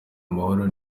amahoro